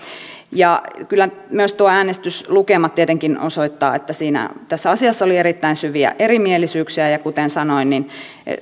ja kyllä myös tuo äänestyslukema tietenkin osoittaa että tässä asiassa oli erittäin syviä erimielisyyksiä ja ja kuten sanoin